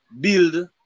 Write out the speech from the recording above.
build